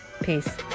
Peace